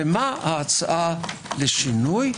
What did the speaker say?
ומה ההצעה לשינוי.